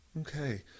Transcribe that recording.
okay